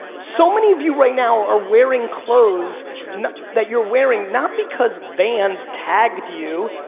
so many of you right now are wearing clothes that you're wearing not because vans tagged you,